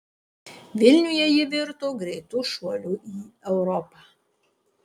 vilniuje ji virto greitu šuoliu į europą